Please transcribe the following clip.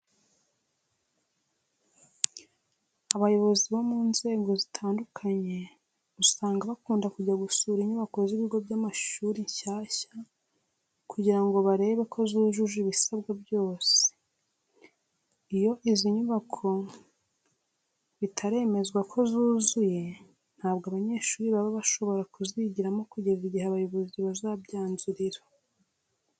Abayobozi bo mu nzego zitandukanye usanga bakunda kujya gusura inyubako z'ibigo by'amashuri nshyashya kugira ngo barebe ko zujuje ibisabwa byose. Iyo izi nyubako bitaremezwa ko zuzuye, ntabwo abanyehuri baba bashobora kuzigiramo kugeza igihe abayobozi bazabyanzurira.